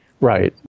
Right